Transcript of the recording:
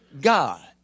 God